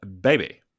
Baby